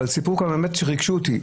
אבל אחד הסיפורים שבאמת ריגש אותי,